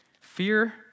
Fear